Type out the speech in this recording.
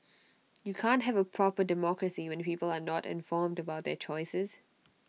you can't have A proper democracy when people are not informed about their choices